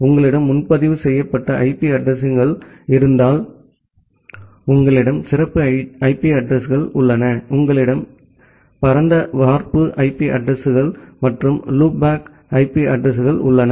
உங்களிடம் முன்பதிவு செய்யப்பட்ட ஐபி அட்ரஸிங்கள் இருப்பதால் உங்களிடம் சிறப்பு ஐபி அட்ரஸிங்கள் உள்ளன உங்களிடம் இந்த பரந்த வார்ப்பு ஐபி அட்ரஸிங்கள் மற்றும் லூப் பேக் ஐபி அட்ரஸிங்கள் உள்ளன